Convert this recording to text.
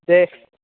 দে